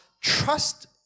trust